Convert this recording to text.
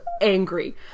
angry